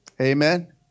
Amen